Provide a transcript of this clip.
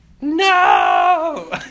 no